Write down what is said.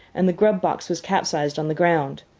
and the grub-box was capsized on the ground.